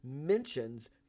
mentions